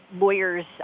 lawyers